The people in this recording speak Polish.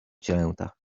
cielęta